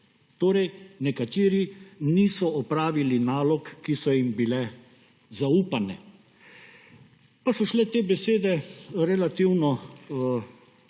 torej nekateri niso opravili nalog, ki so jim bile zaupane. Pa so šle te besede relativno